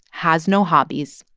has no hobbies,